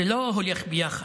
ביחד.